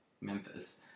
Memphis